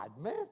man